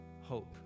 hope